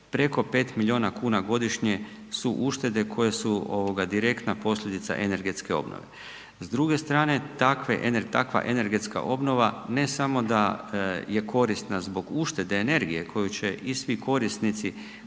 preko 5 miliona kuna godišnje su uštede koje su ovoga direktna posljedica energetske obnove. S druge strane takve, takva energetska obnova ne samo da je korisna zbog uštede energije koju će i svi korisnici